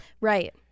Right